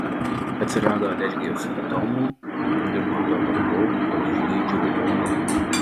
atsirado alergijos simptomų ir po to vargau kol išgydžiau odą